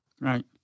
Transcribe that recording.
right